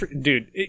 dude